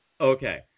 Okay